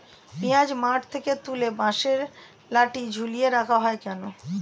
পিঁয়াজ মাঠ থেকে তুলে বাঁশের লাঠি ঝুলিয়ে রাখা হয় কেন?